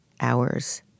hours